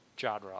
genre